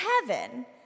heaven